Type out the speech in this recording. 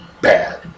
bad